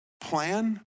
plan